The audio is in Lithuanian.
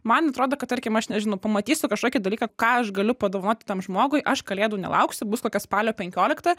man atrodo kad tarkim aš nežinau pamatysiu kažkokį dalyką ką aš galiu padovanoti tam žmogui aš kalėdų nelauksiu bus kokia spalio penkiolikta